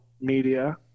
media